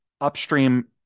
upstream